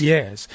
Yes